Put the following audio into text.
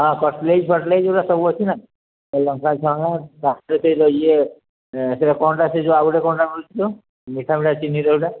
ହଁ କଟଲେଟ୍ ଫଟଲେଟ୍ ଏଗୁଡ଼ା ସବୁ ଅଛି ନାହିଁ ଲଙ୍କା ଛଣା ସେ ଇଏ ସେଇଟା କ'ଣଟା ସେ ଯେଉଁ ଆ ଗୋଟେ କ'ଣଟା ମିଳୁୁଛି ତ ମିଠା ମିଠା ଚିିନିର ଯେଉଁଟା